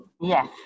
Yes